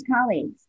colleagues